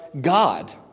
God